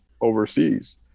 overseas